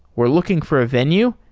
we're looking for a venue.